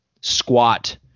squat